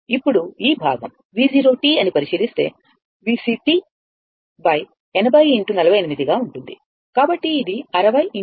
ఇప్పుడు ఈ భాగం V0 అని మీరు పరిశీలిస్తే ఇది VC 80 x 48 గా ఉంటుంది